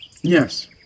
Yes